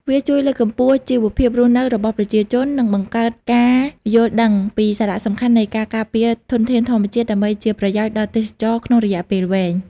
វាជួយលើកកម្ពស់ជីវភាពរស់នៅរបស់ប្រជាជន និងបង្កើតការយល់ដឹងពីសារៈសំខាន់នៃការការពារធនធានធម្មជាតិដើម្បីជាប្រយោជន៍ដល់ទេសចរណ៍ក្នុងរយៈពេលវែង។